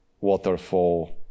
waterfall